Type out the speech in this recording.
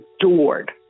adored